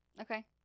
okay